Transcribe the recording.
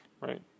right